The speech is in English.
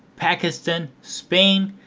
pakistan, spain,